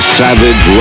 savage